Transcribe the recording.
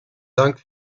dank